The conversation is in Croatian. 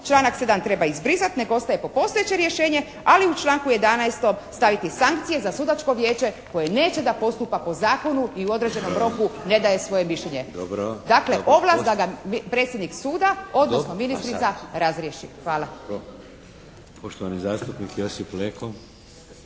članak 7. treba izbrisati nek ostaje postojeće rješenje ali u članku 11. staviti sankcije za Sudačko vijeće koje neće da postupa po zakonu i u određenom roku ne daje svoje mišljenje. Dakle, ovlast da ga predsjednik suda odnosno ministrica razriješi. Hvala.